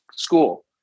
school